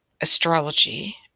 astrology